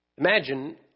Imagine